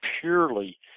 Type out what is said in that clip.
purely